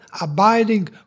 abiding